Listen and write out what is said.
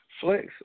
Flex